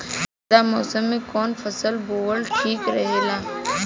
जायद मौसम में कउन फसल बोअल ठीक रहेला?